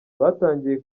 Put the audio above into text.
batangiye